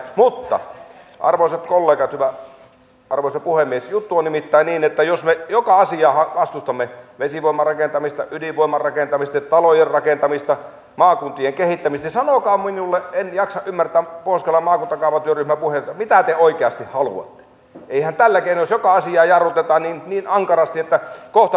mutta arvoisat kollegat arvoisa puhemies juttu on nimittäin niin että jos me joka asiaa vastustamme jos joka asiaa jarrutetaan niin ankarasti vesivoimarakentamista ydinvoimarakentamista talojen rakentamista maakuntien kehittämistä sanokaa minulle en jaksa ymmärtää pohjois karjalan maakuntakaavatyöryhmän puheita mitä te oikeasti haluatte eihän tällä keinoin homma pelaa